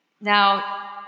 Now